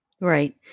Right